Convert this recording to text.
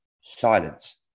silence